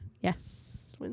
yes